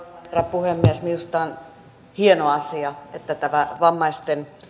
puhemies minusta on hieno asia että tämä vammaisten